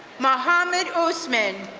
mohamed huseman,